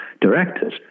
directors